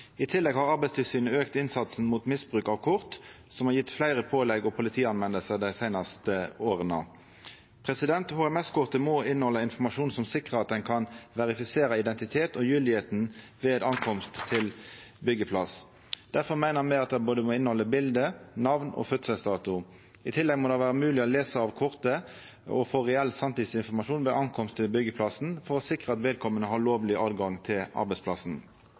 I tillegg har Arbeidstilsynet auka innsatsen mot misbruk av kort og gjeve fleire pålegg og politimeldingar dei seinaste åra. HMS-kortet må innehalde informasjon som sikrar at ein kan verifisera identitet og gyldigheit når arbeidaren kjem til byggjeplassen. Difor meiner me at det bør innehalde bilete, namn og fødselsdato. I tillegg må det vera mogleg å lesa av kortet og få reell sanntidsinformasjon når ein kjem til byggjeplassen, for å sikra at vedkomande har lovleg tilgang til arbeidsplassen.